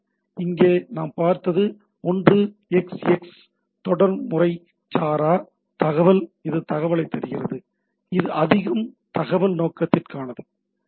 இங்கே நாம் பார்த்தது 1xx தொடர் முறைசாரா தகவல் இது தகவலைத் தருகிறது இது அதிகம் தகவல் நோக்கத்திற்கானது